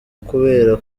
kubera